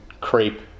creep